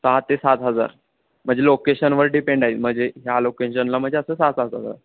सहा ते सात हजार म्हणजे लोकेशनवर डिपेंड आहे म्हणजे ह्या लोकेशनला म्हणजे असं सहा सात हजार